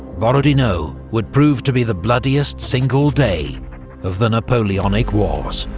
borodino would prove to be the bloodiest single day of the napoleonic wars.